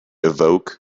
awoke